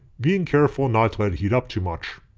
being careful not to let it heat up too much.